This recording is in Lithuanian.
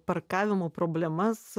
parkavimo problemas